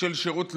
של שירות לאומי,